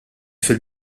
fil